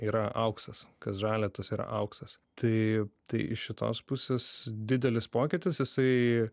yra auksas kas žalia tas yra auksas tai tai iš šitos pusės didelis pokytis jisai